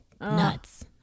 nuts